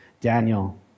Daniel